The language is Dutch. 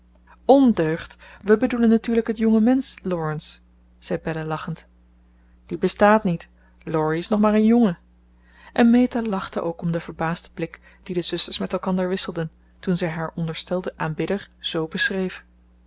ondeugd wij bedoelen natuurlijk het jongemensch laurence zei belle lachend die bestaat niet laurie is nog maar een jongen en meta lachte ook om den verbaasden blik dien de zusters met elkander wisselden toen zij haar onderstelden aanbidder zoo beschreef